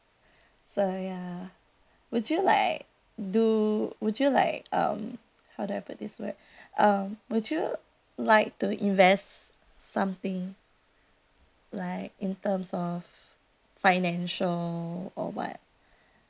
so ya would you like do would you like um how do I put this word um would you like to invest something like in terms of financial or [what]